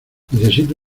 necesito